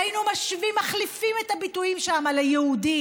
והיינו מחליפים שם את הביטויים שם ליהודים,